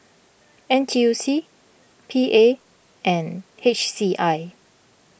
N T U C P A and H C I